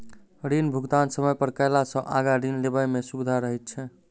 ऋण भुगतान समय पर कयला सॅ आगाँ ऋण लेबय मे सुबिधा रहैत छै